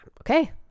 okay